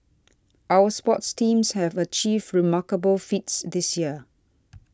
our sports teams have achieved remarkable feats this year